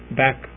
back